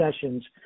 sessions